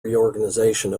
reorganization